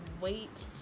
wait